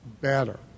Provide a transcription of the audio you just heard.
better